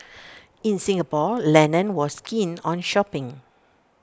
in Singapore Lennon was keen on shopping